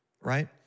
right